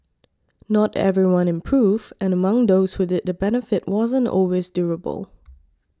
not everyone improved and among those who did the benefit wasn't always durable